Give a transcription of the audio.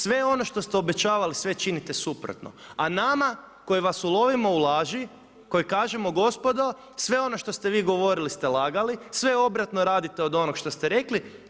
Sve ono što ste obećavali sve činite suprotno, a nama koji vas ulovimo u laži, koji kažemo gospodo sve ono što ste vi govorili ste lagali, sve obratno radite od onoga što ste rekli.